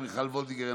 מיכל וולדיגר,